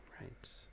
Right